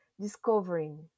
discovering